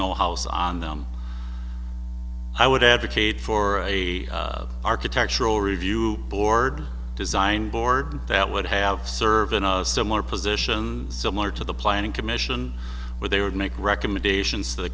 no house on them i would advocate for a architectural review board design board that would have served in a similar position similar to the planning commission where they would make recommendations to